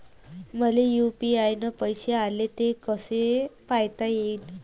मले यू.पी.आय न पैसे आले, ते कसे पायता येईन?